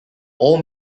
all